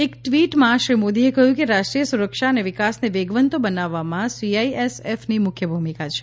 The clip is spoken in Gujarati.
એક ટ્વીટમાં શ્રી મોદીએ કહ્યું કે રાષ્ટ્રીય સુરક્ષા અને વિકાસને વેગવંતો બનાવવામા સીઆઈએસએફની મુખ્ય ભૂમિકા છે